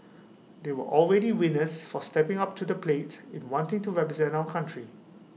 they are all already winners for stepping up to the plate in wanting to represent our country